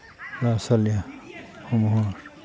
ল'ৰা ছোৱালীসমূহৰ